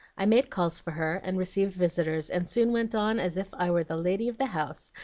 i made calls for her, and received visitors, and soon went on as if i were the lady of the house,